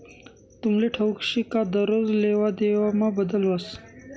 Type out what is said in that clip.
तुमले ठाऊक शे का दरोज लेवादेवामा बदल व्हस